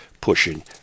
pushing